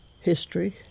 History